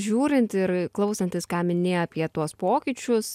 žiūrint ir klausantis ką minėjai apie tuos pokyčius